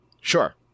Sure